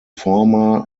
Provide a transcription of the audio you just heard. former